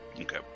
okay